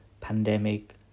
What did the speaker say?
pandemic